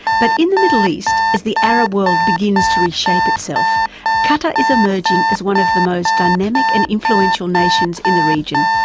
but in the middle east as the arab world begins to reshape itself qatar is emerging as one of the most dynamic and influential nations in the region.